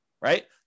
right